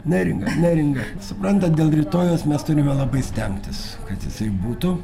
neringa neringa suprantat dėl rytojaus mes turime labai stengtis kad jisai būtų